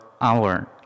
hour